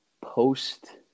post